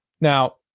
Now